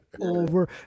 over